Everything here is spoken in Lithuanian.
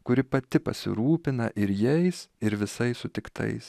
kuri pati pasirūpina ir jais ir visais sutiktais